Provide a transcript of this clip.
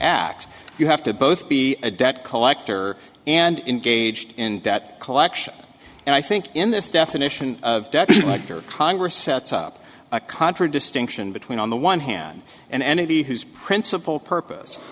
act you have to both be a debt collector and engaged in debt collection and i think in this definition congress sets up a contra distinction between on the one hand and entity whose principal purpose